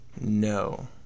No